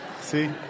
See